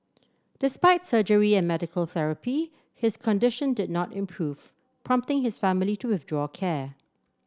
despite surgery and medical therapy his condition did not improve prompting his family to withdraw care